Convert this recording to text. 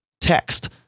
text